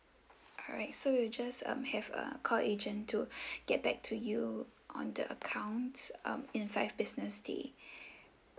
alright so we'll just um have a call agent to get back to you on the accounts um in five business day